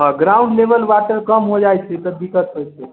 हँ ground level water कम हो जाइ छै तऽ दिक्कत होइ छै